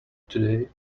today